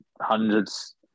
hundreds